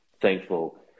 thankful